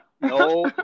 no